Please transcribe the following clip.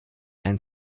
and